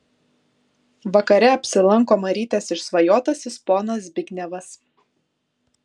vakare apsilanko marytės išsvajotasis ponas zbignevas